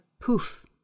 poof